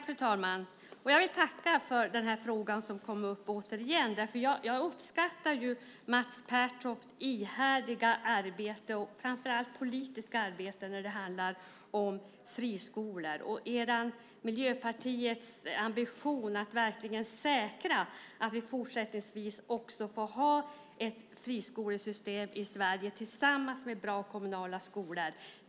Fru talman! Jag vill tacka för att denna fråga har kommit upp igen. Jag uppskattar Mats Pertofts ihärdiga arbete, framför allt politiska arbete, när det handlar om friskolor. Vi är helt överens med Miljöpartiets ambition att säkra att vi även fortsättningsvis får ha ett friskolesystem i Sverige tillsammans med bra kommunala skolor.